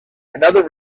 another